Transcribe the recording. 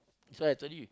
so actually we